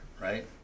right